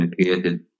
created